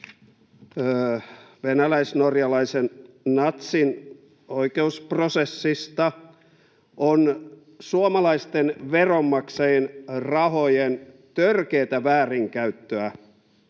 venäläis-norjalaisen natsin oikeusprosessista. On suomalaisten veronmaksajien rahojen törkeätä väärinkäyttöä,